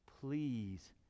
Please